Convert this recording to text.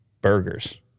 burgers